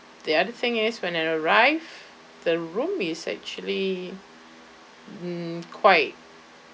the other thing is when I arrived the room is actually um quite